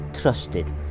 trusted